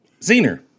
Zener